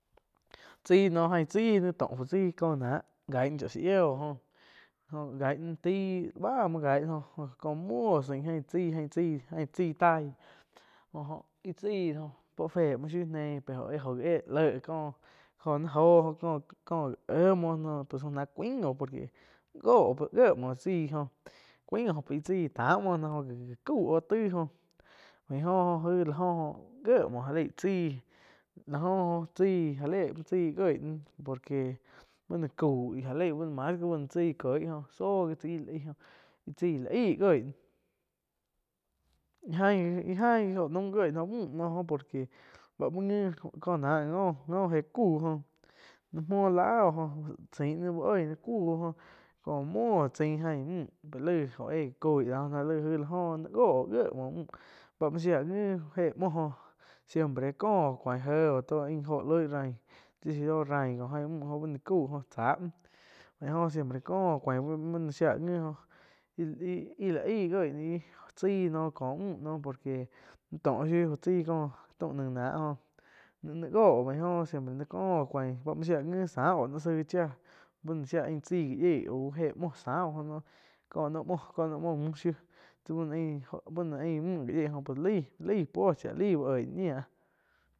Chai noh ain chai nai tóh fu chaí có náh gain náh cháh sá yiah jo-jo gain náh taí báh muo gain na jóh co muo sain ain chaíh ain chai tai jo-jo ih chí oh puo fé muo shiú neí pe oh éh léh ko nai oh óh ko nai éh muo ná poh ná cuain oh por que joh oh gie muo tsái oh cuain oh pe chai tá muo náh oh já cau oh taíh óh baih oh tai la oh gie muo já lei chaí laoh go chaí já le muo tsai gien na por que bu no coih ja lei mas gi bá no chai kiei oh zóh gi tsaí íh la aí oh chaí la aíh giehg ná, ain gi íh ain gi íh oh naum gie ná oh múh no oh por que báh muoh ngi có náh ngo éh cúh jóh naí muoh lá oh sain náh uh eih ná ku jo muo tzain ain müh pe lai oh éh coíh dá ná laig aig la oh naih gó oh gie muoh mü báh muo shía ngi éh muoh oh. Siempre kó oh cuain éh oh ti oh ain jo loih rain ti si do rain oh ain mü jo si ba cau jo tsa muo báih oh siempre kó oh cuian búh ni shía ngi oh íh-íh la aíh gien ná chaí noh koh müh no por que náih tó shiu fu chai cóh taum naih náh oh naig jo oh bain oh siempre nai có oh cuain bá muo shiá ngi tsá oh nóh zaí chía bu no shía ain chaí gá yiéi aú éh muoh sá oh kó nóh muoh kó no muoh muh shiu tsi bu no ain bu no ain mü ga yieg lai puoh cháh, laíh úh oi náh ñía.